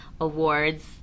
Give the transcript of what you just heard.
awards